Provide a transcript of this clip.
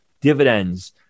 dividends